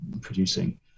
producing